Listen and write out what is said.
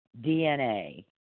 DNA